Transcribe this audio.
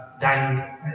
dying